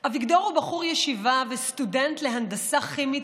אביגדור הוא בחור ישיבה וסטודנט להנדסה כימית